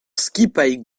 skipailh